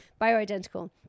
bioidentical